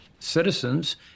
citizens